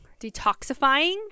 detoxifying